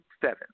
seven